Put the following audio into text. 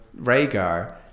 Rhaegar